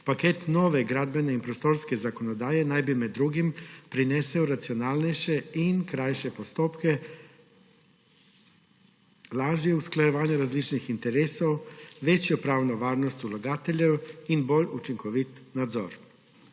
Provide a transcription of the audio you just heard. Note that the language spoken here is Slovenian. paket nove gradbene in prostorske zakonodaje naj bi med drugim prinesel racionalnejše in krajše postopke, lažje usklajevanje različnih interesov, večjo pravno varnost vlagateljev in bolj učinkovit nadzor.